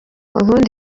ubusanzwe